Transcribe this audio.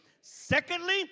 Secondly